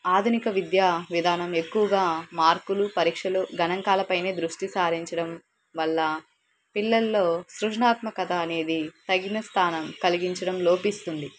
ఆధునిక విద్యా విధానం ఎక్కువగా మార్కులు పరీక్షలు గణాంకాల పనే దృష్టి సారించడం వల్ల పిల్లల్లో సృజనాత్మకత అనేది తగిన స్థానం కలిగించడం లోపిస్తుంది